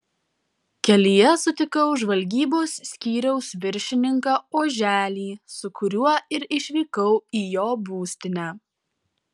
kelyje sutikau žvalgybos skyriaus viršininką oželį su kuriuo ir išvykau į jo būstinę